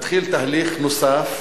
התחיל תהליך נוסף